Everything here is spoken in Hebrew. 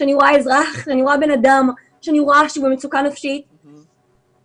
כשאני כאזרחית רואה בן אדם במצוקה נפשית ואותם